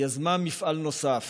יזמה מפעל נוסף,